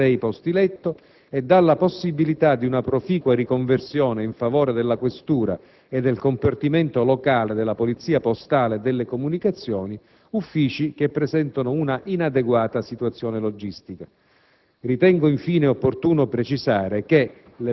dalle ridotte dimensioni del complesso (236 posti letto) e dalla possibilità di una proficua riconversione in favore della Questura e del compartimento locale della Polizia postale e delle comunicazioni, uffici che presentano una inadeguata situazione logistica.